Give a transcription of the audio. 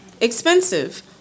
expensive